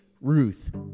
Ruth